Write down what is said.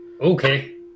Okay